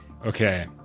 Okay